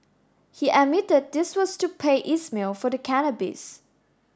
he admitted this was to pay Ismail for the cannabis